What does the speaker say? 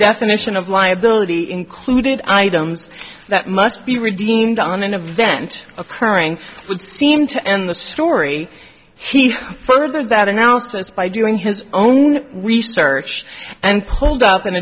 definition of liability included items that must be redeemed on an event occurring would seem to end the story for that analysis by doing his own research and pulled up an